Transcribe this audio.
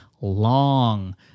long